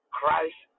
Christ